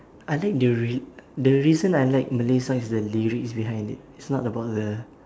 I think the rea~ the reason I like malay song is the lyrics behind it it's not about the